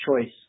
choice